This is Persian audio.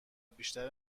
بیشتر